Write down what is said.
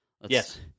Yes